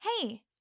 Hey